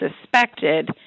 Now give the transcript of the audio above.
suspected